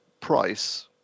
price